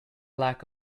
lack